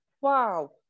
wow